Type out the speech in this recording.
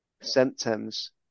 symptoms